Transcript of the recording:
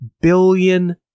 billion